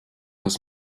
das